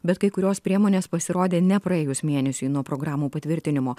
bet kai kurios priemonės pasirodė nepraėjus mėnesiui nuo programų patvirtinimo